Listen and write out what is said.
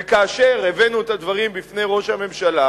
וכאשר הבאנו את הדברים בפני ראש הממשלה,